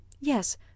Yes